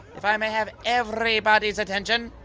if i may have everybody's attention!